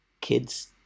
Kids